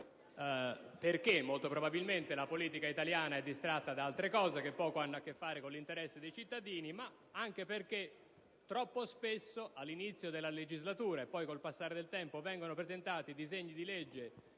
molto probabilmente perché la politica italiana è distratta da altre cose che poco hanno a che fare con l'interesse dei cittadini, ma anche perché troppo spesso, sia all'inizio della legislatura che con il passare del tempo, vengono presentati disegni di legge